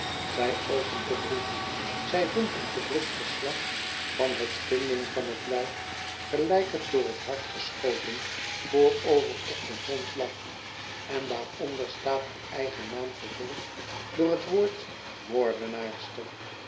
zij opent den brief zij vindt een gedrukt verslag van hét vinden van het lijk gelijk het door het hart geschoten voorover op den grond lag en daaronder staat haar eigen naam gevolgd door het woord moordenaarster